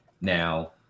Now